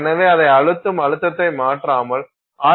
எனவே அதை அழுத்தும் அழுத்தத்தை மாற்றாமல் ஆர்